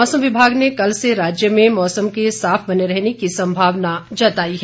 मौसम विभाग ने कल से राज्य में मौसम के साफ बने रहने की संभावना जताई है